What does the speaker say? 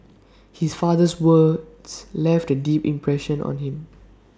his father's words left A deep impression on him